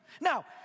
Now